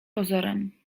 pozorem